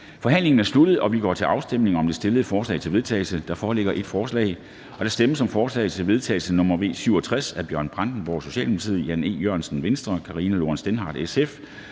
Forhandlingen er sluttet, og vi går til afstemning om det stillede forslag til vedtagelse. Der foreligger ét forslag. Der stemmes om forslag til vedtagelse nr. V 67 af Bjørn Brandenborg (S), Jan E. Jørgensen (V), Karina Lorentzen Dehnhardt (SF),